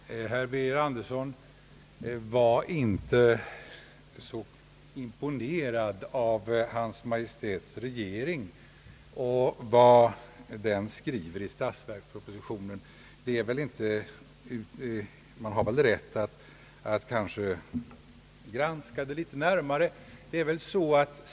Herr talman! Herr Birger Andersson! Var inte så imponerad av Hans Majestäts regering och vad den skriver i statsverkspropositionen! Man har väl rätt att granska dessa saker litet närmare.